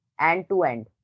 end-to-end